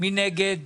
מי נגד?